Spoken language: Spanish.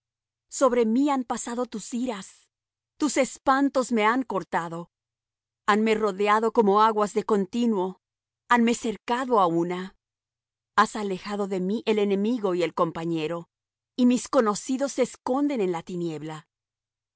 sobre mí han pasado tus iras tus espantos me han cortado hanme rodeado como aguas de continuo hanme cercado á una has alejado de mí el enemigo y el compañero y mis conocidos se esconden en la tiniebla